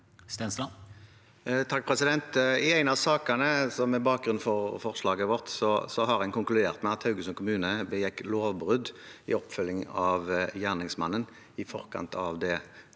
Stensland (H) I én av sakene som er bakgrunnen for forslaget vårt, har en konkluderte med at Haugesund kommune begikk lovbrudd i oppfølgingen av gjerningsmannen i forkant av drapet